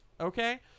okay